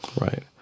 Right